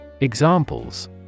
Examples